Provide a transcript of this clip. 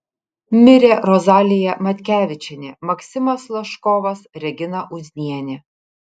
mirė rozalija matkevičienė maksimas laškovas regina uznienė